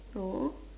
no